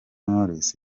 knowless